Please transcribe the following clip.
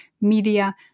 Media